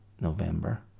November